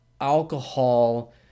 alcohol